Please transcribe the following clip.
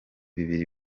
bibiri